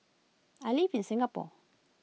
I live in Singapore